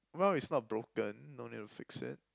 well it's not broken no need to fix it